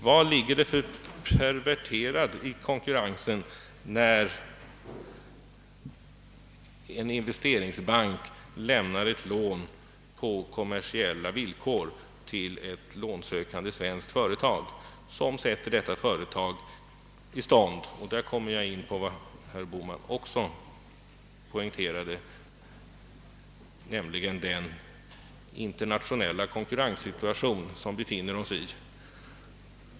Vad är perverterat i konkurrensen när en investeringsbank lämnar ett lån på kommersiella villkor till ett lånsökande svenskt företag, som sätter detta företag i stånd att konkurrera på allvar? Där kommer jag in på vad herr Bohman också poängterade, nämligen den internationella konkurrenssituation vi befinner oss i.